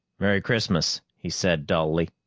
merry christmas! he said dully.